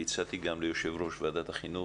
והצעתי גם ליושב-ראש ועדת החינוך,